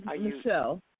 Michelle